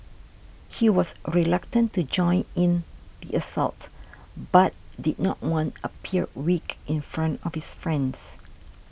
he was reluctant to join in assault but did not want appear weak in front of his friends